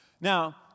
Now